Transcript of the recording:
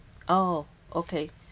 oh okay